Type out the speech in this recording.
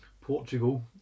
Portugal